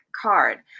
card